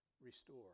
restore